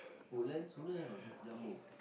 Woodlands Woodlands have or not jumbo